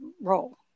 role